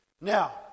Now